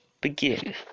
begin